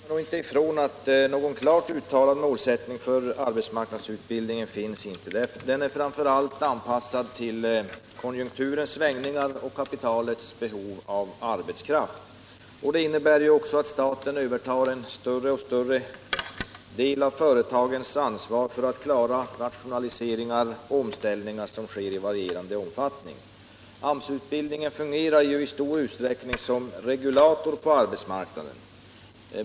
Herr talman! Per Ahlmark kommer inte ifrån att någon klart uttalad målsättning för arbetsmarknadsutbildningen inte finns. Arbetsmarknadsutbildningen är framför allt anpassad till konjunktursvängningarna och kapitalets behov av arbetskraft. Det innebär att staten övertar en allt större del av företagens ansvar, så att de kan klara rationaliseringar och omställningar som sker i varierande omfattning. AMS-utbildningen fungerar i stor utsträckning som regulator på arbetsmarknaden.